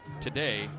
today